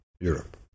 Europe